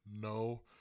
No